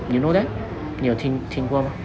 you know that 你有听听过吗